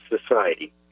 society